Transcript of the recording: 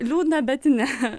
liūdna bet ne